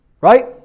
Right